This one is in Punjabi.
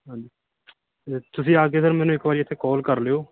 ਹਾਂਜੀ ਅਤੇ ਤੁਸੀਂ ਆ ਕੇ ਸਰ ਮੈਨੂੰ ਇੱਕ ਵਾਰੀ ਇੱਥੇ ਕੋਲ ਕਰ ਲਿਓ